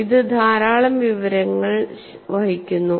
ഇത് ധാരാളം വിവരങ്ങൾ വഹിക്കുന്നു